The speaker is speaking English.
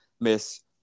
Miss